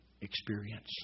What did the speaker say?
experience